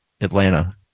Atlanta